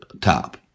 top